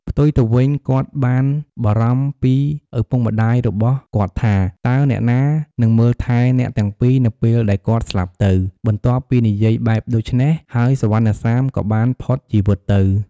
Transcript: ផ្ទុយទៅវិញ គាត់បានបារម្ភពីឪពុកម្ដាយរបស់គាត់ថា តើអ្នកណានឹងមើលថែអ្នកទាំងពីរនៅពេលដែលគាត់ស្លាប់ទៅ បន្ទាប់ពីនិយាយបែបដូច្នេះហើយសុវណ្ណសាមក៏បានផុតជីវិតទៅ។